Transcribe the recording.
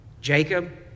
Jacob